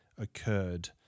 occurred